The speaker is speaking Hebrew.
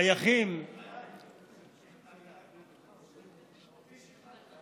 שייכים, אותי שכנעת.